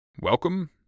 Welcome